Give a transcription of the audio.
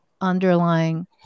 underlying